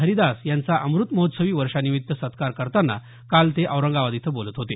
हरिदास यांचा अमृत महोत्सवी वर्षानिमित्त सत्कार करतांना काल ते औरंगाबाद इथं बोलत होते